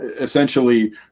essentially